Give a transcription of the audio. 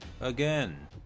again